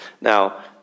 now